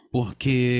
Porque